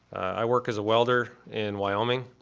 i work as welder in wyoming,